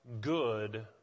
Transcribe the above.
good